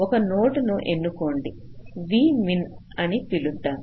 ఒక నోడ్ను ఎన్నుకోండి v min అని పిలుద్దాం